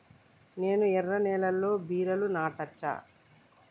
నేను ఎర్ర నేలలో బీరలు నాటచ్చా?